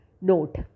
Note